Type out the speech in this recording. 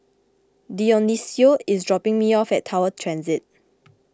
Dionicio is dropping me off at Tower Transit